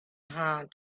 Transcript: her